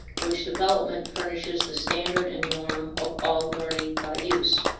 which development furnishes the standard and norm of all learning by use.